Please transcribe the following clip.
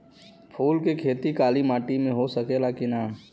फूल के खेती काली माटी में हो सकेला की ना?